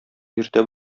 иртә